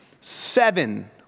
Seven